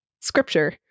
scripture